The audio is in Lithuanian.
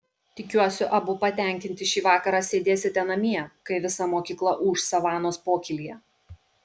tikiuosi abu patenkinti šį vakarą sėdėsite namie kai visa mokykla ūš savanos pokylyje